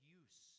use